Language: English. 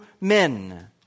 men